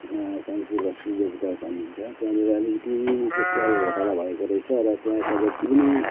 साङ्गचे बस्ती योगदा भन्ने छ त्यहाँनिर अलिकति तेस्तै खालको घोटाला भएको रहेछ र त्यहाँका जति पनि